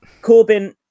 Corbyn